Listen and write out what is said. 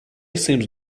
seems